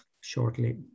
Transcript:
shortly